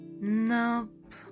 Nope